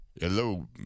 Hello